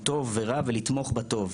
טוב ורע ולתמוך בטוב,